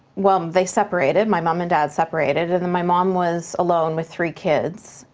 well, they separated, my mom and dad separated, and my mom was alone with three kids.